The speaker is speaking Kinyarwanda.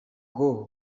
ngo